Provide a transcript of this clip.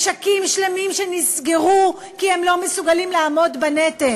משקים שלמים שנסגרו, כי הם לא מסוגלים לעמוד בנטל.